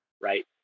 right